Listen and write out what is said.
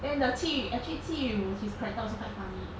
then the 戚 actually 戚玉武 his character also quite funny